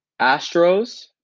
astros